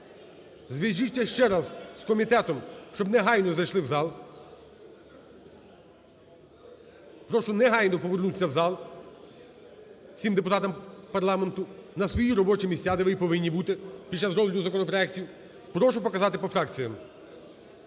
зв'яжіться ще раз з комітетом, щоб негайно зайшли в зал. Прошу негайно повернутися в зал всім депутатам парламенту на свої робочі місця, де ви і повинні бути під час розгляду законопроектів. Прошу показати по фракціям.